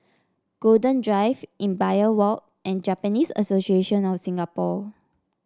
Golden Drive Imbiah Walk and Japanese Association of Singapore